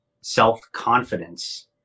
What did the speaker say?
self-confidence